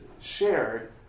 shared